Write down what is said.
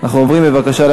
אנחנו עוברים להצבעה,